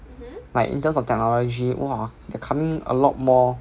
like in terms of technology !wah! becoming a lot more